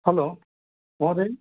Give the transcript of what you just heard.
hello महोदय